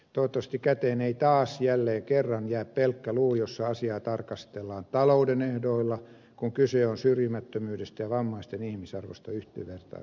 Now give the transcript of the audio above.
toivottavasti käteen ei taas jälleen kerran jää pelkkä luu jossa asiaa tarkastellaan talouden ehdoilla kun kyse on syrjimättömyydestä ja vammaisten ihmisarvosta yhdenvertaisuuteen